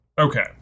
Okay